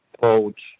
coach